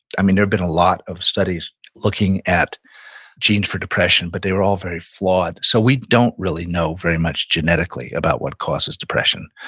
i mean, there have been a lot of studies looking at genes for depression, but they were all very flawed, so we don't really know very much genetically about what causes depression.